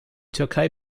türkei